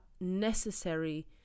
necessary